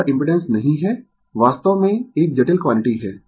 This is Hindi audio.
यह इम्पिडेंस नहीं है वास्तव में एक जटिल क्वांटिटी है